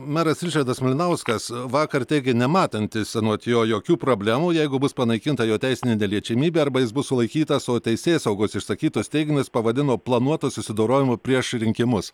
meras ričardas malinauskas vakar teigė nematantis anot jo jokių problemų jeigu bus panaikinta jo teisinė neliečiamybė arba jis bus sulaikytas o teisėsaugos išsakytus teiginius pavadino planuotu susidorojimu prieš rinkimus